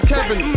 Kevin